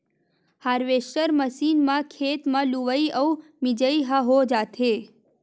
harvester machine म खेते म लुवई अउ मिजई ह हो जाथे